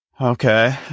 okay